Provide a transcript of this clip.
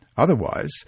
Otherwise